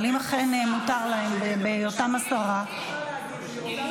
אבל אם אכן מותר להם בהיותם עשרה ------ אני